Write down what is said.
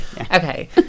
Okay